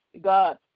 God